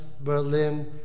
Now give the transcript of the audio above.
Berlin